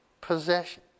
possession